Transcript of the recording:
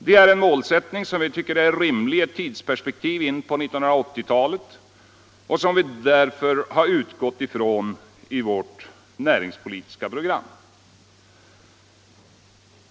Det är en målsättning som vi tycker är rimlig i ett tidsperspektiv in på 1980 talet och som vi därför har utgått från i vårt näringspolitiska program.